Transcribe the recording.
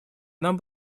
нам